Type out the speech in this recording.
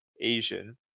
Asian